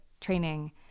training